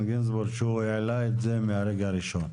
גינזבורג שהוא העלה את זה מהרגע הראשון.